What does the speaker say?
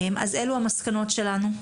אז אלה המסקנות שלנו,